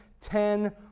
ten